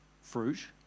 fruit